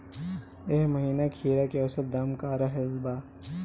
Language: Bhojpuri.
एह महीना खीरा के औसत दाम का रहल बा?